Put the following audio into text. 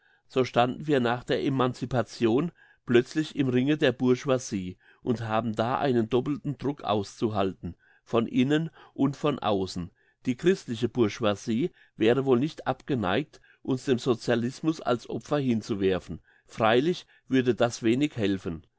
so standen wir nach der emancipation plötzlich im ringe der bourgeoisie und haben da einen doppelten druck auszuhalten von innen und von aussen die christliche bourgeoisie wäre wohl nicht abgeneigt uns dem socialismus als opfer hinzuwerfen freilich würde das wenig helfen